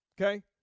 Okay